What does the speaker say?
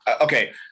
okay